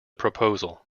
proposal